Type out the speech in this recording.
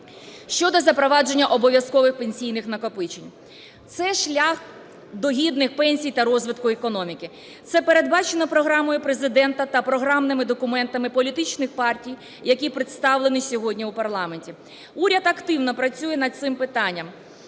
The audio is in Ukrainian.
Щодо запровадження обов'язкових пенсійних накопичень. Це шлях до гідних пенсій та розвитку економіки. Це передбачено програмою Президента та програмними документами політичних партій, які представлені сьогодні у парламенті. Уряд активно працює над цим питанням.